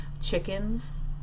chickens